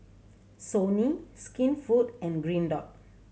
Sony Skinfood and Green Dot